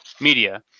media